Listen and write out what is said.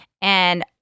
and-